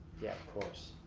yeah of course.